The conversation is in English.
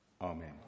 Amen